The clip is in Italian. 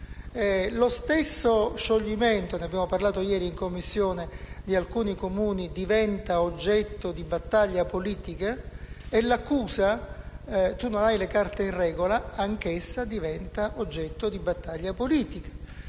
Lo stesso scioglimento - ne abbiamo parlato ieri in Commissione - di alcuni Comuni diventa oggetto di battaglia politica e l'accusa «tu non hai le carte in regola» anch'essa diventa oggetto di battaglia politica.